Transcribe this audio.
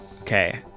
okay